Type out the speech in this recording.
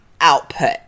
output